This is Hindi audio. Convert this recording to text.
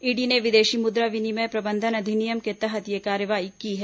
ईडी ने विदेशी मुद्रा विनिमय प्रबंधन अधिनियम के तहत यह कार्रवाई की है